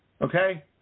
okay